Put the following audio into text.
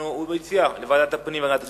הוא הציע, לוועדת הפנים והגנת הסביבה.